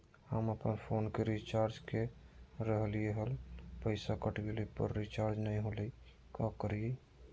हम अपन फोन के रिचार्ज के रहलिय हल, पैसा कट गेलई, पर रिचार्ज नई होलई, का करियई?